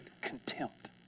contempt